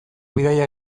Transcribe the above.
bidaia